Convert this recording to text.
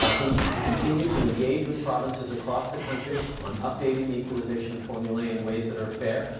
ah we've continued to engage with provinces across the country on updating the equalization formula in ways that are fair.